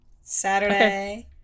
saturday